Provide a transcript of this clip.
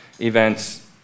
events